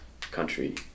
country